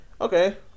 okay